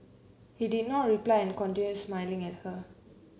he did not reply and continued smiling at her